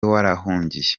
warahungiye